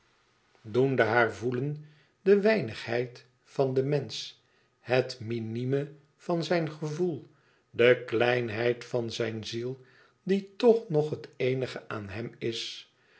doende haar voelen de weinigheid van den mensch het minime van zijn gevoel de kleinheid van zijne ziel die toch nog het eenige aan hem is